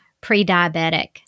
pre-diabetic